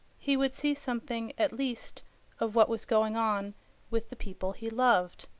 he would see something at least of what was going on with the people he loved.